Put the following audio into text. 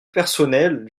personnel